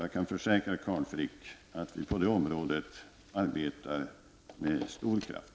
Jag kan försäkra Carl Frick att vi på det området arbetar med stor kraft.